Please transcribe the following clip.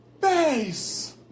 base